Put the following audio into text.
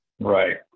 Right